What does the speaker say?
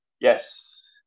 Yes